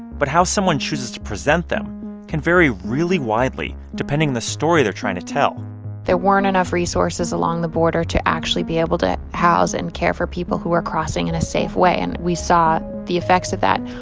but how someone chooses to present them can vary really widely depending on the story they're trying to tell there weren't enough resources along the border to actually be able to house and care for people who are crossing in a safe way. and we saw the effects of that.